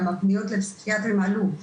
גם הפניות לפסיכיאטרים עלו,